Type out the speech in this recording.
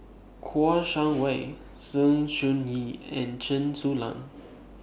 Kouo Shang Wei Sng Choon Yee and Chen Su Lan